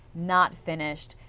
not finished,